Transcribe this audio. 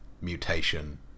Mutation